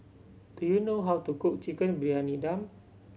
do you know how to cook Chicken Briyani Dum